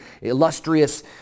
illustrious